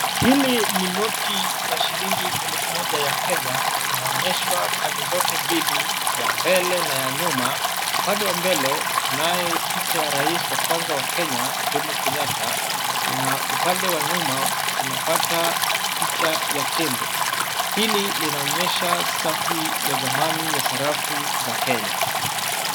Hili ni noti la shilingi elfu moja ya Kenya, inaonyeshwa pande zote mbili ya mbele na ya nyuma. Upande wa mbele, tunaye picha ya rais wa kwanza wa Kenya Jomo Kenyatta na upande wa nyuma tunapata picha ya tembo. Hili linaonyesha safi ya zamani za sarafu za Kenya.